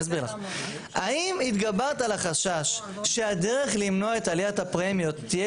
האם התגברת על החשש שהדרך למנוע את עליית הפרמיות תהיה